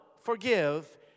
forgive